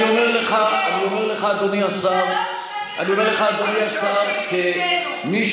אני אומר לך, אדוני השר, כמי